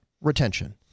retention